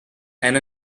and